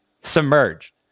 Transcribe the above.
Submerge